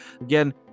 Again